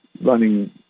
running